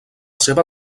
seva